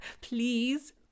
please